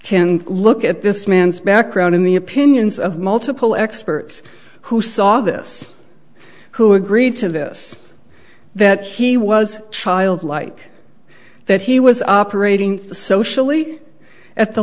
can look at this man's background in the opinions of multiple experts who saw this who agreed to this that he was childlike that he was operating socially at the